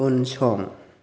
उनसं